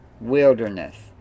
wilderness